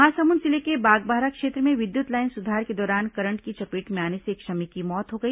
महासमुंद जिले के बागबाहरा क्षेत्र में विद्युत लाइन सुधार के दौरान करंट की चपेट में आने से एक श्रमिक की मौत हो गई